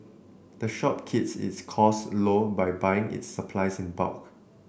the shop keeps its costs low by buying its supplies in bulk